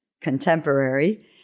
contemporary